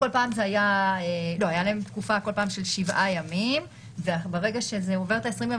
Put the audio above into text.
הייתה להם כל פעם תקופה של שבעה ימים וברגע שזה עובר את ה-20 ימים,